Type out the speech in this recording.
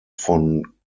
von